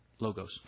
Logos